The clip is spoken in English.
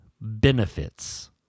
benefits